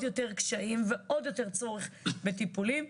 יותר קשיים ועוד יותר צורך בטיפולים,